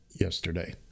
yesterday